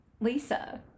lisa